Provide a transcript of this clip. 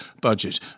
budget